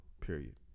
period